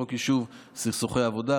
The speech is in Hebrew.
45. חוק יישוב סכסוכי עבודה,